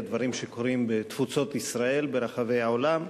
לדברים שקורים בתפוצות ישראל ברחבי העולם.